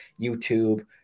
YouTube